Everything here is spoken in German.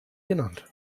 genannt